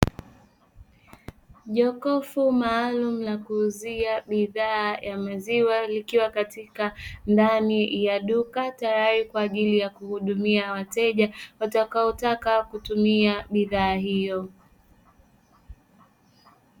Jokofu maalumu la kuuzia bidhaa ya maziwa likiwa katika ndani ya duka, tayari kwa ajili ya kuhudumia wateja watakaotaka kutumia bidhaa hiyo.